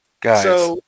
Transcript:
Guys